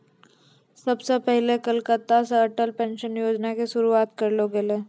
सभ से पहिले कलकत्ता से अटल पेंशन योजना के शुरुआत करलो गेलै